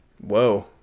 Whoa